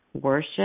Worship